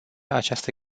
această